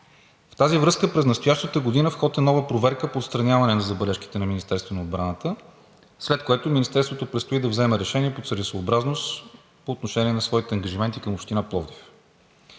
В тази връзка през настоящата година в ход е нова проверка по отстраняване на забележките на Министерството на отбраната, след което Министерството предстои да вземе решение по целесъобразност по отношение на своите ангажименти към Община Пловдив.